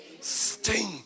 sting